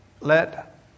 Let